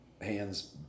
hands